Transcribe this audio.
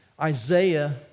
Isaiah